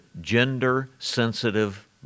gender-sensitive